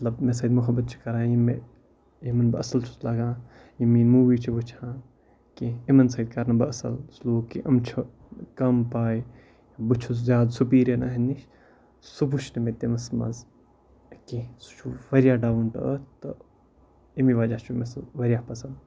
مطلب مےٚ سۭتۍ محبت چھِ کَران یِم مےٚ یِمَن بہٕ اَصٕل چھُس لَگان یِم میٛٲنۍ موٗوِی چھِ وٕچھان کینٛہہ یِمَن سۭتۍ کَرٕ نہٕ بہٕ اَصٕل کہِ یِم چھُ کَم پایہِ بہٕ چھُس زیادٕ سُپیٖریَر اَہَنٛدِ نِش سُہ وٕچھنہٕ مےٚ تٔمِس منٛز کینٛہہ سُہ چھُ واریاہ ڈاوُن ٹو أرٕتھ تہٕ امی وجہ چھُ مےٚ سُہ واریاہ پَسںٛد